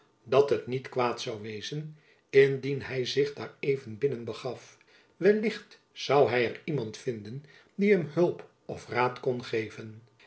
dat het niet kwaad zoû wezen indien hy zich daar even binnen begaf wellicht zoû hy er iemand vinden die hem hulp of raad kon geven